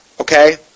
Okay